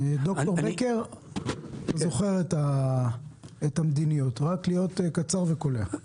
אתה זוכר את המדיניות, רק להיות קצר וקולע.